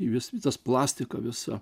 vis visa tas plastika visa